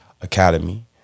academy